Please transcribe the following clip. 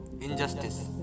injustice